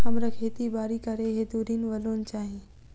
हमरा खेती बाड़ी करै हेतु ऋण वा लोन चाहि?